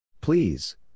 Please